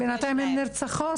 בינתיים הן נרצחות.